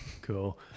cool